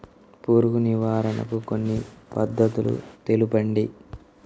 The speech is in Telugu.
పురుగు నివారణకు కొన్ని పద్ధతులు తెలుపండి?